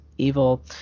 evil